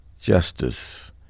justice